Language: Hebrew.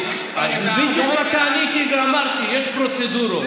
כל מה שעניתי ואמרתי: יש פרוצדורות.